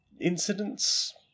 incidents